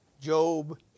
Job